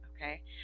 okay